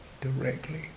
directly